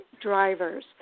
drivers